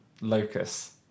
locus